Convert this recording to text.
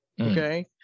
Okay